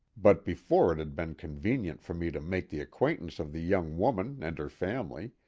but before it had been convenient for me to make the acquaintance of the young woman and her family,